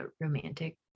romantic